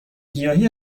گیاهی